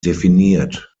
definiert